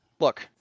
Look